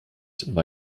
war